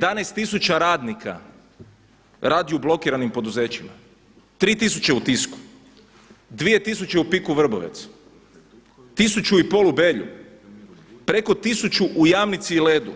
11 tisuća radnika radi u blokiranim poduzećima, 3 tisuće u Tisku, 2 tisuće u PIK-u Vrbovec, tisuću i pol u Belju, preko tisuću u Jamnici i Ledo-u